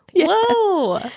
Whoa